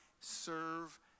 serve